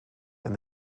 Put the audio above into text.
and